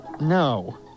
No